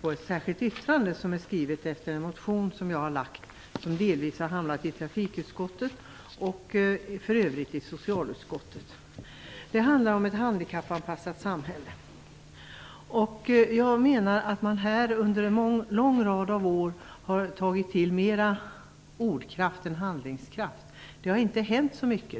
för ett särskilt yttrande, som är skrivet efter en motion som jag har väckt. Den har delvis hamnat i trafikutskottet och för övrigt i socialutskottet. Den handlar om ett handikappanpassat samhälle. Jag menar att man under en lång rad år har tagit till mera ordkraft än handlingskraft. Det har inte hänt så mycket.